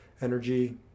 energy